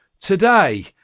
today